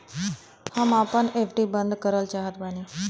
हम आपन एफ.डी बंद करल चाहत बानी